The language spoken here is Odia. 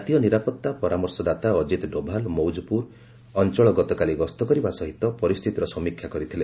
ଜାତୀୟ ନିରାପତ୍ତା ପରାମର୍ଶଦାତା ଅଜିତ ଡୋଭାଲ ମଉଜପୁର ଅଞ୍ଚଳ ଗତକାଲି ଗସ୍ତ କରିବା ସହିତ ପରିସ୍ଥିତିର ସମୀକ୍ଷା କରିଥିଲେ